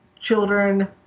children